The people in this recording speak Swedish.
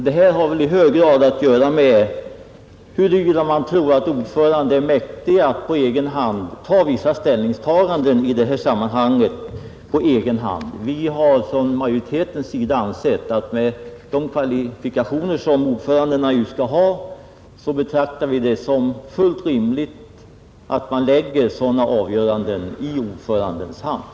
Det har väl i hög grad att göra med hurvida man tror att ordförandena är mäktiga att på egen hand göra vissa ställningstaganden i det här sammanhanget. Vi har från majoritetens sida ansett att med de kvalifikationer som ordförandena skall ha bör det vara fullt rimligt att man lägger sådana avgöranden i ordförandens hand.